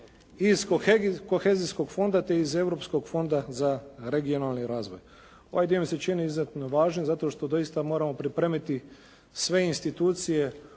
iz kohezijskog fonda te iz Europskog fonda za regionalni razvoj. Ovaj dio mi se čini izuzetno važan zato što doista moramo pripremiti sve institucije